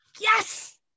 Yes